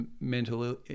mental